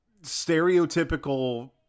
stereotypical